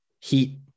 Heat